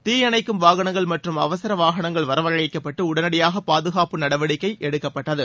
தீயணைக்கும் வாகனங்கள் மற்றும் அவசர வாகனங்கள் வரவழைக்கப்பட்டு உடனடியான பாதுகாப்பு நடவடிக்கை எடுக்கப்பட்டது